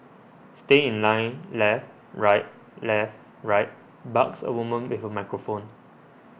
stay in line left right left right barks a woman with a microphone